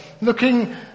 looking